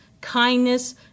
kindness